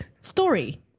story